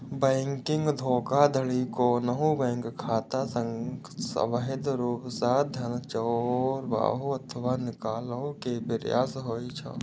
banking धोखाधड़ी कोनो bank खाता सं अवैध रूप सं धन चोराबै अथवा निकाले के प्रयास होइ छै